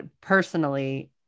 personally